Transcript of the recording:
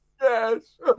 Yes